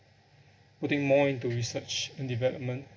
putting more into research and development